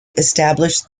established